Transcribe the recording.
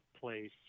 place